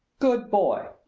good boy!